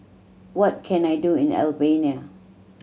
what can I do in Albania